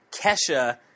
Kesha